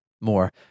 more